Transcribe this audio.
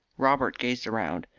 robert gazed around,